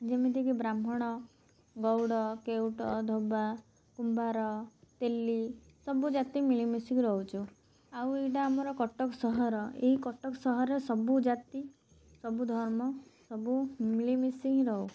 ଯେମିତିକି ବ୍ରାହ୍ମଣ ଗଉଡ଼ କେଉଟ ଧୋବା କୁମ୍ଭାର ତେଲି ସବୁ ଜାତି ମିଳିମିଶିକି ରହୁଛୁ ଆଉ ଏଇଟା ଆମର କଟକ ସହର ଏଇ କଟକ ସହରରେ ସବୁ ଜାତି ସବୁ ଧର୍ମ ସବୁ ମିଳିମିଶି ହିଁ ରହୁ